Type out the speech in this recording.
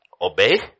Obey